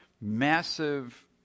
massive